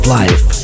life